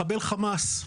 מחבל חמאס,